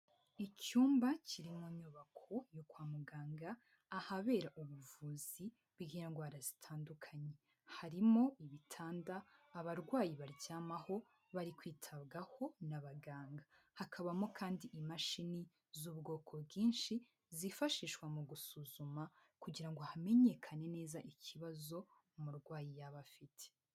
Icyumba kiri mu nyubako yo kwa muganga ahabera ubuvuzi bw'indwara zitandukanye. Harimo ibitanda abarwayi baryamaho bari kwitabwaho n'abaganga. Hakabamo kandi imashini z'ubwoko bwinshi zifashishwa mu gusuzuma kugira ngo hamenyekane neza ikibazo umurwayi yaba afite.